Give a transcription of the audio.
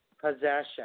possession